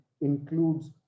includes